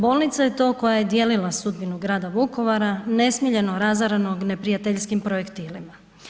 Bolnica je to koja je dijelila sudbinu grada Vukovara, nesmiljeno razaranog neprijateljskim projektilima.